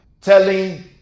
telling